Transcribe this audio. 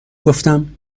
گفتم